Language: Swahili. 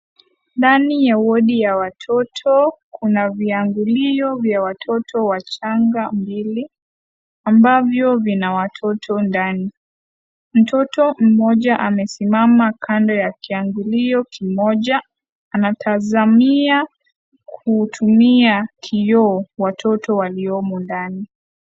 Ndani ya wodi ya watoto, kuna viangulio vya watoto wachanga mbili ambavyo vina watoto ndani. Mtoto mmoja amesimama kando ya kiangulio kimoja anatazamia kuutumia kioo watoto waliomo ndani.